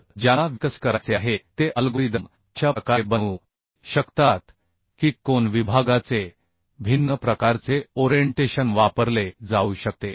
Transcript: तर ज्यांना विकसित करायचे आहे ते अल्गोरिदम अशा प्रकारे बनवू शकतात की कोन विभागाचे भिन्न प्रकारचे ओरेंटेशन वापरले जाऊ शकते